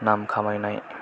नाम खामायनाय